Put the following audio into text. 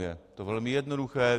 Je to velmi jednoduché.